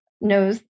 knows